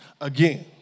again